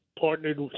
partnered